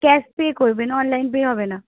cash pay করবেন online pay হবে না